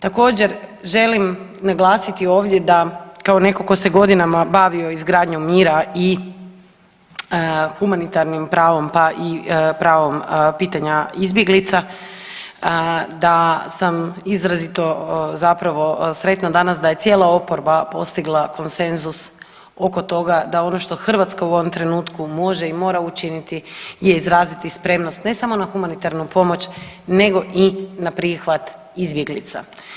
Također, želim naglasiti ovdje kao netko tko se godinama bavio izgradnjom mira i humanitarnim pravom, pa i pravom pitanja izbjeglica da sam izrazito zapravo sretna danas da je cijela oporba postigla konsenzus oko toga da ono što Hrvatska u ovom trenutku može i mora učiniti je izraziti spremnost ne samo na humanitarnu pomoć nego i na prihvat izbjeglica.